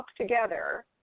together